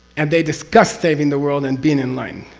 and they discuss saving the world and being enlightened.